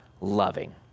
loving